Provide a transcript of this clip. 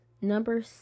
Number